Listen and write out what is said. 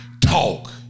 talk